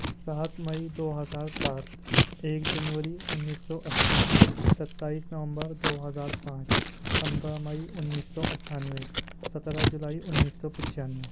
سات مئی دو ہزار سات ایک جنوری انیس سو اَسی ستائیس نومبر دو ہزار پانچ پندرہ مئی انیس سو اٹھانوے سترہ جولائی انیس سو پچانوے